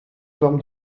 forme